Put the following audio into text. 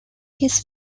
his